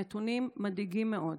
הנתונים מדאיגים מאוד.